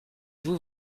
vous